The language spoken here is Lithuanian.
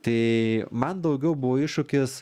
tai man daugiau buvo iššūkis